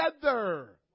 together